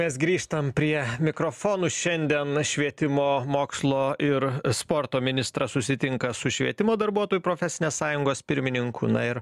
mes grįžtam prie mikrofonų šiandieną švietimo mokslo ir sporto ministras susitinka su švietimo darbuotojų profesinės sąjungos pirmininku na ir